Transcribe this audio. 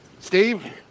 Steve